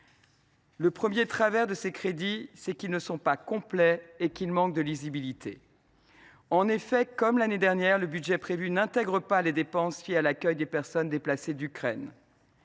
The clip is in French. la présentation de ces crédits est incomplète et manque de lisibilité. En effet, comme l’année dernière, le budget prévu n’intègre pas les dépenses liées à l’accueil des personnes déplacées d’Ukraine.